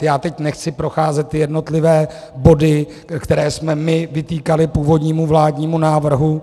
Já teď nechci procházet jednotlivé body, které jsme vytýkali původnímu vládnímu návrhu.